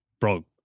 bro